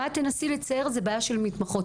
ואת תנסי לצייר את זה כבעיה של מתמחות.